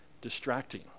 distracting